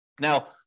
Now